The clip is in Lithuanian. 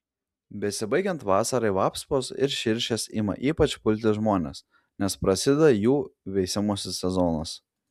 besibaigiant vasarai vapsvos ir širšės ima ypač pulti žmones nes prasideda jų veisimosi sezonas